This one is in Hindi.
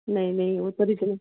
नहीं नहीं